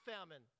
famine